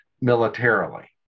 militarily